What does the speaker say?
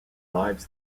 lives